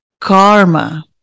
karma